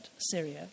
Syria